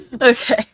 Okay